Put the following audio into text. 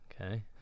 Okay